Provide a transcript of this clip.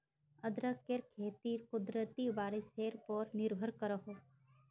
अदरकेर खेती कुदरती बारिशेर पोर निर्भर करोह